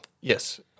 Yes